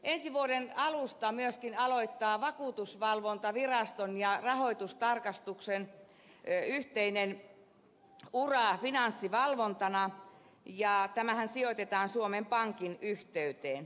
ensi vuoden alusta myöskin alkaa vakuutusvalvontaviraston ja rahoitustarkastuksen yhteinen ura finanssivalvontana ja tämähän sijoitetaan suomen pankin yhteyteen